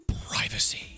Privacy